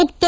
ಮುಕ್ತ